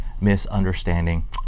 misunderstanding